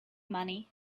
money